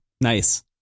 nice